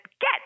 get